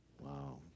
Wow